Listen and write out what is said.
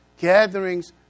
gatherings